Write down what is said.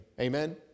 Amen